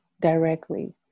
directly